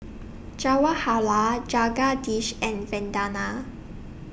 Jawaharlal Jagadish and Vandana